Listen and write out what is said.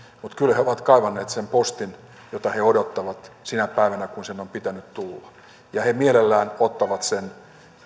mutta kyllä he ovat kaivanneet sen postin jota he odottavat sinä päivänä kun sen pitää tulla ja he mielellään ottavat sen